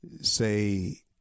say